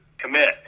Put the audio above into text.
commit